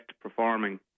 performing